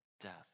death